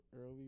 early